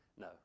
No